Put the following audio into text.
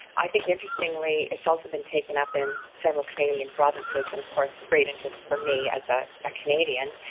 i think interestingly it's also been taken up in several canadian provinces, and of course great interest for me, as a ah canadian,